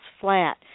flat